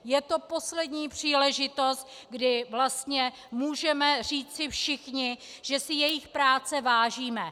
Je to poslední příležitost, kdy vlastně můžeme říci všichni, že si jejich práce vážíme.